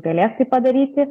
galės tai padaryti